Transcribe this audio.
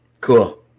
Cool